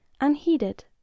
unheeded